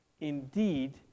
indeed